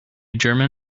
german